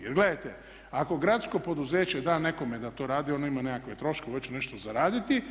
Jer gledajte, ako gradsko poduzeće da nekome da to radi ono ima nekakve troškove, već će nešto zaraditi.